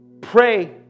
pray